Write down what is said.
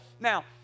Now